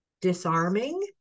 disarming